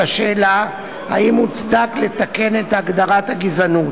השאלה אם מוצדק לתקן את הגדרת הגזענות.